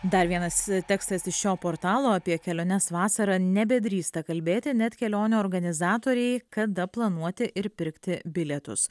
dar vienas tekstas iš šio portalo apie keliones vasarą nebedrįsta kalbėti net kelionių organizatoriai kada planuoti ir pirkti bilietus